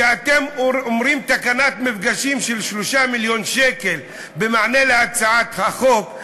כשאתם אומרים "תקנת מפגשים של 3 מיליון שקל במענה להצעת החוק",